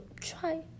try